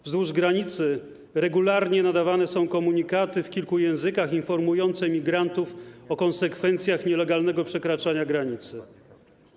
Wzdłuż granicy regularnie nadawane są komunikaty w kilku językach informujące migrantów o konsekwencjach nielegalnego przekraczania granicy.